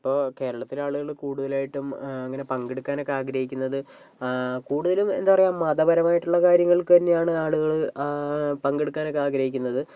ഇപ്പോൾ കേരളത്തിലെ ആളുകൾ കൂടുതലായിട്ടും അങ്ങനെ പങ്കെടുക്കാനൊക്കേ ആഗ്രഹിക്കുന്നത് കൂടുതലും എന്താ പറയുക മതപരമായിട്ടുള്ള കാര്യങ്ങൾക്കു തന്നെയാണ് ആളുകൾ പങ്കെടുക്കാനൊക്കേ ആഗ്രഹിക്കുന്നത്